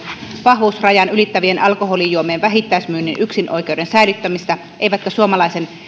vahvuusrajan ylittävien alkoholijuomien vähittäismyynnin yksinoikeuden säilyttämistä eivätkä suomalaisen